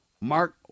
Mark